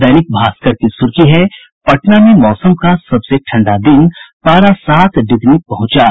दैनिक भास्कर की सुर्खी है पटना में मौसम का सबसे ठंडा दिन पारा सात डिग्री पहुंचा